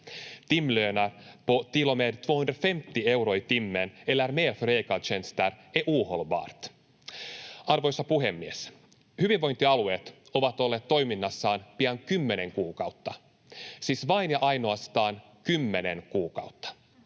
Timlöner på till och med 250 euro i timmen eller mer för läkartjänster är ohållbart. Arvoisa puhemies! Hyvinvointialueet ovat olleet toiminnassaan pian kymmenen kuukautta — siis vain ja ainoastaan kymmenen kuukautta.